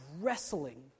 wrestling